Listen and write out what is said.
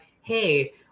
hey